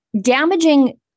damaging